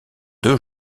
deux